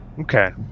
Okay